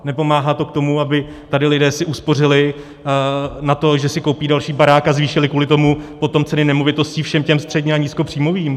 Nepomáhá to k tomu, aby tady si lidé uspořili na to, že si koupí další barák a zvýšili kvůli tomu potom ceny nemovitostí všem těm středně a nízkopříjmovým.